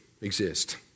exist